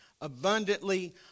abundantly